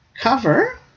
Cover